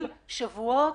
שבועות?